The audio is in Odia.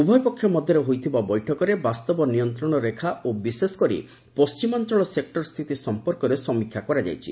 ଉଭୟ ପକ୍ଷ ମଧ୍ୟରେ ହୋଇଥିବା ବୈଠକରେ ବାସ୍ତବ ନିୟନ୍ତ୍ରଣ ରେଖା ଓ ବିଶେଷକରି ପଶ୍ଚିମାଞ୍ଚଳ ସେକୂର୍ ସ୍ଥିତି ସମ୍ପର୍କରେ ସମୀକ୍ଷା କରାଯାଇଛି